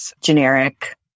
generic